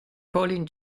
colin